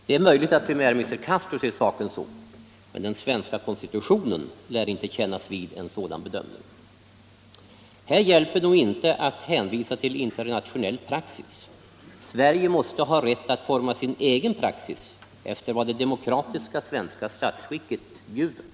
Det är möjligt att premiärminister Castro ser saken så, men den svenska konstitutionen lär inte kännas vid en sådan bedömning. Här hjälper det nog inte att hänvisa till internationell praxis. — Nr 69 Sverige måste ha rätt att forma sin egen praxis efter vad det demokratiska Tisdagen den svenska statsskicket bjuder.